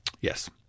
Yes